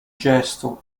gesto